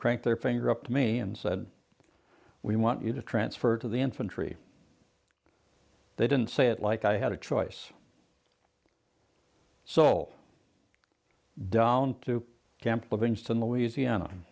cranked their finger up to me and said we want you to transfer to the infantry they didn't say it like i had a choice so down to camp livingston louisiana